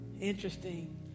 Interesting